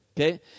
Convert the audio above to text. Okay